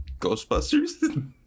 Ghostbusters